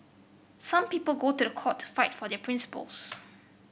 some people go to the court to fight for their principles